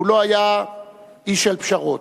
הוא לא היה איש של פשרות.